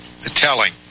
Telling